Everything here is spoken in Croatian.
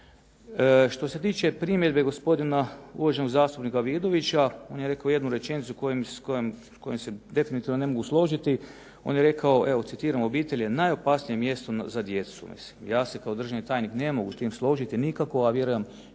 Što se tiče primjedbe gospodina uvaženog zastupnika Vidovića, on je rekao jednu rečenicu s kojom se definitivno ne mogu složiti. On je rekao, evo citiram obitelj je najopasnije mjesto za djecu. Mislim ja se kao državni tajnik ne mogu s tim složiti nikako, a vjerujem